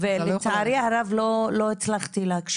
אתה לא יכול ללכת.